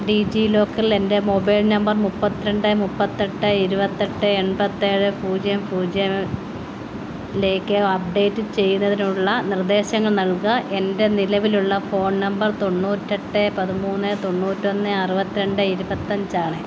ഡിജി ലോക്കറിലെൻ്റെ mobile number മുപ്പത്തി രണ്ട് മുപ്പത്തെട്ട് ഇരുപത്തെട്ട് എൺപത്തേഴ് പൂജ്യം പൂജ്യത്തിലേക്ക് അപ്ഡേറ്റ് ചെയ്യുന്നതിനുള്ള നിർദ്ദേശങ്ങൾ നൽകുക എൻ്റെ നിലവിലുള്ള ഫോൺ നമ്പർ തൊണ്ണൂറ്റെട്ട് പതിമൂന്ന് തൊണ്ണൂറ്റൊന്ന് അറുപത്തി രണ്ട് ഇരുപത്തഞ്ചാണ്